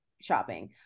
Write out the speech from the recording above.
shopping